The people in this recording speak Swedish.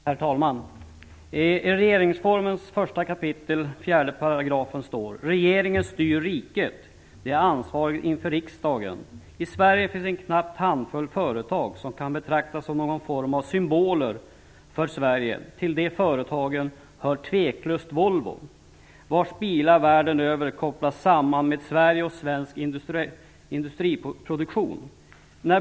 Herr talman! I regeringsformens 1 kap. 4 § står: "Regeringen styr riket. Den är ansvarig inför riksdagen." I Sverige finns knappt en handfull företag som kan betraktas som någon form av symboler för Sverige. Till de företagen hör tveklöst Volvo vars bilar världen över kopplas samman med Sverige och svensk industriell produktion.